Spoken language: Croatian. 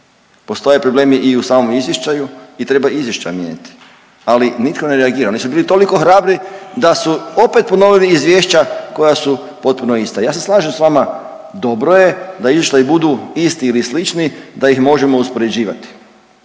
postoje problemi i u samom izvještaju i treba izvještaj mijenjati, ali nitko ne reagira. Oni su bili toliko hrabri da su opet ponovili izvješća koja su potpuno ista. Ja se slažem s vama, dobro je da izvještaji budu isti ili slični da ih možemo uspoređivati,